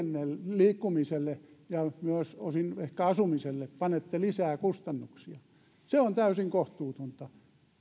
liikkumiselle ja myös osin ehkä asumiselle panette lisää kustannuksia se on täysin kohtuutonta